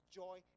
joy